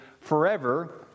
forever